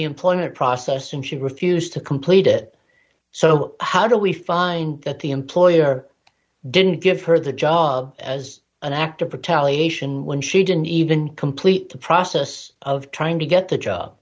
the employment process and she refused to complete it so how do we find that the employer didn't give her the job as an actor potentially ation when she didn't even complete the process of trying to get the job